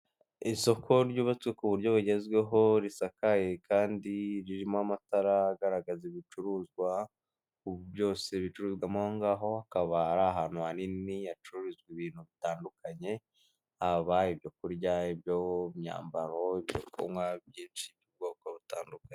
Isoko ryubatse ku buryo bugezweho, risakaye kandi ririmo amatara agaragaza ibicuruzwa byose bicururizwamo aho ngaho, akaba ari ahantu hanini hacururizwa ibintu bitandukanye, haba ibyo kurya ibyo imyambaro, ibyo kunywa byinshi by'ubwoko butandukanye.